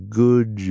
good